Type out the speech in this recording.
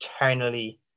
eternally